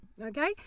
okay